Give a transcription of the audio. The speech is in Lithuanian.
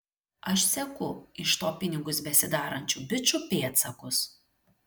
aš seku iš to pinigus besidarančių bičų pėdsakus